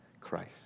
Christ